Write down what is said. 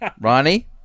Ronnie